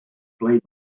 played